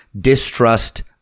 Distrust